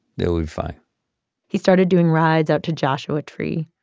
they'll be fine he started doing rides out to joshua tree,